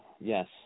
Yes